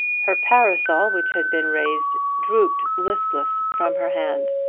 her parasol which had been raised drooped listless from her hand.